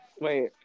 Wait